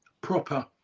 proper